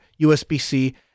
USB-C